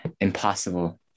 impossible